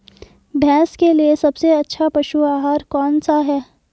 भैंस के लिए सबसे अच्छा पशु आहार कौनसा है?